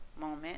moment